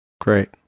great